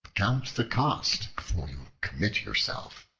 count the cost before you commit yourselves.